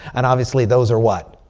and obviously those are what?